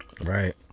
right